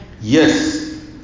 Yes